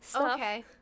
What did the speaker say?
Okay